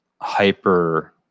hyper